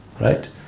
Right